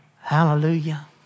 Hallelujah